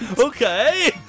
Okay